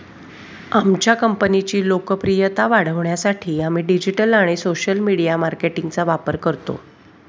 आमच्या कंपनीची लोकप्रियता वाढवण्यासाठी आम्ही डिजिटल आणि सोशल मीडिया मार्केटिंगचा वापर करतो